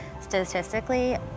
statistically